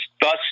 Thus